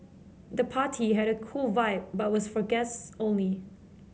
the party had a cool vibe but was for guest only